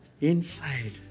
inside